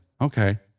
Okay